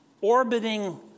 orbiting